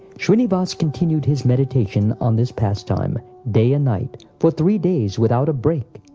shrinivas continued his meditation on this pastime, day and night, for three days without a break.